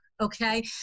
okay